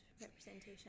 representation